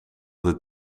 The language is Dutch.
dit